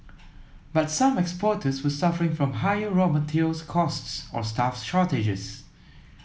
but some exporters were suffering from higher raw materials costs or staff shortages